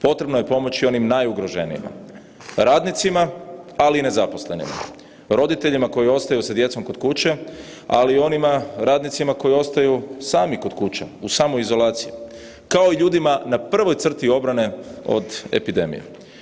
Pomoći onima najugroženijima, radnicima, ali i nezaposlenima, roditeljima koji ostaju s djecom kod kuće, ali i onim radnicima koji ostaju sami kod kuće u samoizolaciji, kao i ljudima na prvoj crti obrane od epidemije.